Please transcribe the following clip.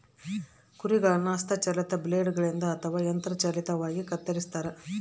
ಕುರಿಗಳನ್ನು ಹಸ್ತ ಚಾಲಿತ ಬ್ಲೇಡ್ ಗಳಿಂದ ಅಥವಾ ಯಂತ್ರ ಚಾಲಿತವಾಗಿ ಕತ್ತರಿಸ್ತಾರ